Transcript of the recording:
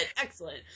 Excellent